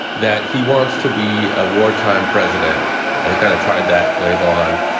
that he wants to be a wartime president. he kind of tried that label on.